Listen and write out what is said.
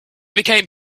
became